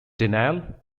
denial